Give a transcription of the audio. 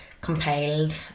compiled